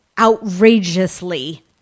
outrageously